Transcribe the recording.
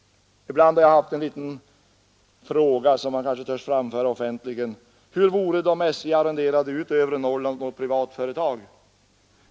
Ibland har jag ställt mig en liten fråga som jag nu kanske törs framföra offentligt: Hur vore det om SJ arrenderade ut trafiken på Övre Norrland till privat företag?